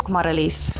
Marlies